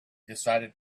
decided